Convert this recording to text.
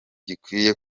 gikwiye